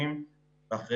מבין,